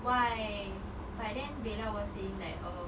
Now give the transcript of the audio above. why but then bella was saying like oh